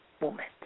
moment